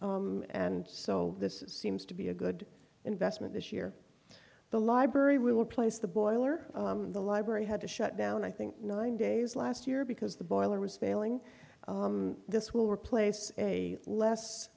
and so this seems to be a good investment this year the library will replace the boiler the library had to shut down i think nine days last year because the boiler was failing this will replace a